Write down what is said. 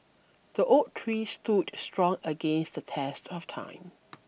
the oak tree stood strong against the test of time